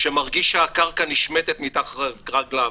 שמרגיש שהקרקע נשמטת מתחת רגליו.